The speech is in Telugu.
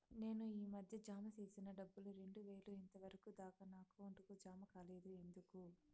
నేను ఈ మధ్య జామ సేసిన డబ్బులు రెండు వేలు ఇంతవరకు దాకా నా అకౌంట్ కు జామ కాలేదు ఎందుకు?